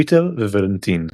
פיטר וולנטיין.